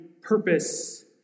purpose